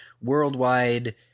worldwide